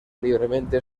libremente